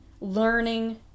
learning